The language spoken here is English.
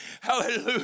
Hallelujah